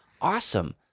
awesome